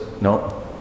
No